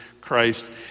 Christ